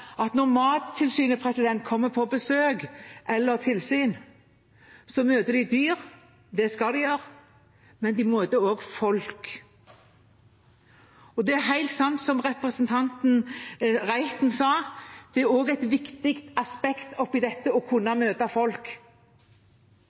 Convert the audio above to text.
at når Mattilsynet kommer på besøk, eller tilsyn, møter de dyr – det skal de gjøre – men de møter også folk. Det er helt sant som representanten Reiten sa, at det også er et viktig aspekt oppi dette å kunne